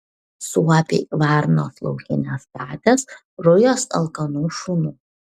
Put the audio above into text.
suopiai varnos laukinės katės rujos alkanų šunų